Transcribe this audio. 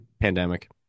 Pandemic